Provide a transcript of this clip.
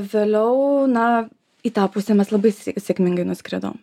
vėliau na į tą pusę mes labai sė sėkmingai nuskridom